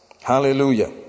hallelujah